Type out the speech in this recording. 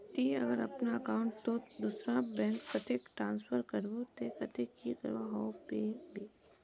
ती अगर अपना अकाउंट तोत दूसरा बैंक कतेक ट्रांसफर करबो ते कतेक की करवा होबे बे?